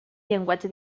llenguatge